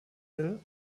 hill